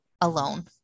alone